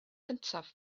cyntaf